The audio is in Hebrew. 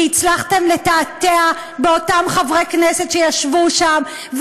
כי הצלחתם לתעתע באותם חברי כנסת שישבו שם,